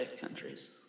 countries